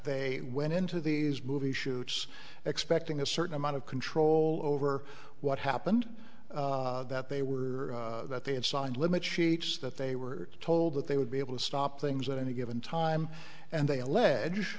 they went into these movie shoots expecting a certain amount of control over what happened that they were that they had signed limit sheets that they were told that they would be able to stop things at any given time and they allege